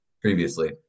previously